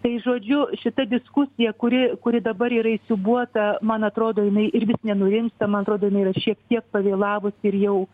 tai žodžiu šita diskusija kuri kuri dabar yra įsiūbuota man atrodo jinai ir vis nenurimsta man atrodo jinai yra šiek tiek pavėlavusi ir jau